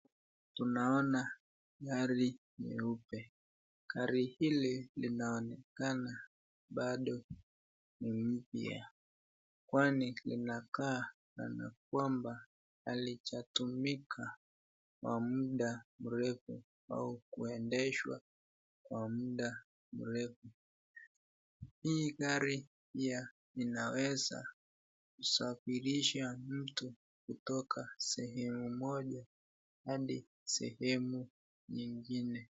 Tunaona gari nyeupe gari hili linaonekana bado ni mpya kwani linakaa kana kwamba halijatumika kwa mda mrefu au kuendeshwa kwa mda mrefu hii gari pia inaweza kusafirisha mtu kutoka sehemu moja hadi sehemu nyingine.